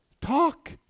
talk